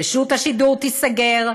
רשות השידור תיסגר,